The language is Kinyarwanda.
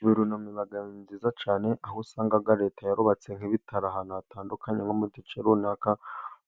Guverinoma iba nziza cyane aho usanga leta yarubatse nk'ibitaro ahantu hatandukanye, nko mu duce runaka